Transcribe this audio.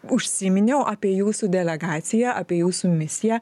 užsiminiau apie jūsų delegaciją apie jūsų misiją